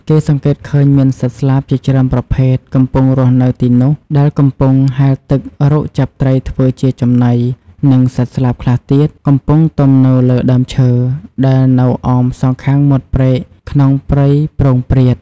គេសង្កេតឃើញមានសត្វស្លាបជាច្រើនប្រភេទ កំពុងរស់នៅទីនោះដែលកំពុងហែលទឹករកចាប់ត្រីធ្វើជាចំណី និងសត្វស្លាបខ្លះទៀត កំពុងទុំនៅលើដើមឈើ ដែលនៅអមសងខាងមាត់ព្រែកក្នុងព្រៃព្រោងព្រាត។